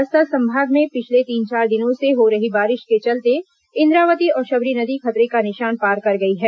बस्तर संभाग में पिछले तीन चार दिनों से हो रही बारिश के चलते इंद्रावती और शबरी नदी खतरे का निशान पार कर गई हैं